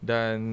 Dan